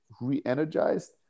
re-energized